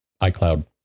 iCloud